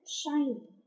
shiny